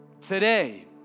Today